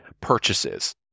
purchases